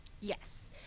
yes